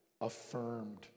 affirmed